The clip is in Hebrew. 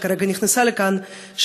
שכרגע נכנסה לכאן,